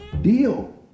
deal